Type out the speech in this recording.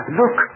look